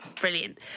Brilliant